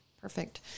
perfect